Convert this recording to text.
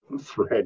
thread